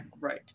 right